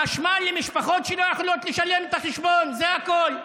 חשמל למשפחות שלא יכולות לשלם את החשבון, זה הכול.